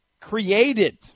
created